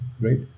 right